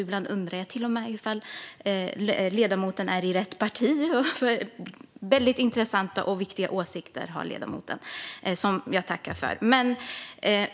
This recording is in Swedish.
Ibland undrar jag till och med om ledamoten är i rätt parti. Ledamoten har väldigt intressanta och viktiga åsikter, som jag tackar för.